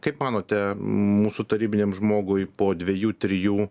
kaip manote mūsų tarybiniam žmogui po dviejų trijų